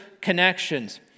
connections